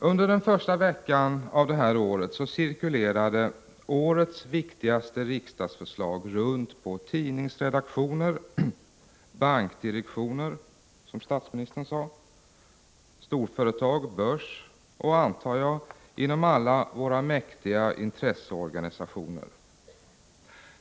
Under första veckan av det här året cirkulerade årets viktigaste regeringsförslag runt på tidningsredaktioner, bankdirektioner, storföretag, börs och, antar jag, inom alla våra mäktiga intresseorganisationer.